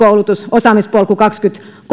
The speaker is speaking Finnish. osaamispolku kaksituhattakolmekymmentä